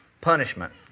punishment